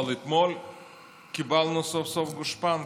אבל אתמול קיבלנו סוף-סוף גושפנקה.